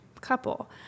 couple